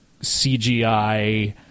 CGI